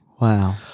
Wow